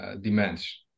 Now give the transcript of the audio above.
demands